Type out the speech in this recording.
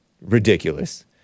Ridiculous